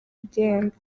igihembo